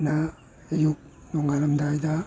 ꯅ ꯑꯌꯨꯛ ꯅꯣꯉꯥꯂꯝꯗꯥꯏꯗ